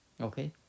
Okay